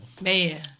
Man